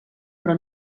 però